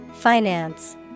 Finance